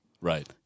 Right